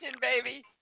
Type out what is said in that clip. baby